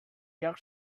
york